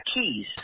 keys